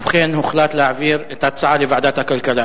ובכן, הוחלט להעביר את הנושא לוועדת הכלכלה.